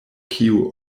kiu